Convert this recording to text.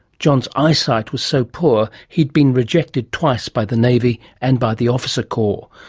john's eyesight was so poor he'd been rejected twice by the navy and by the officer corps,